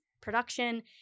production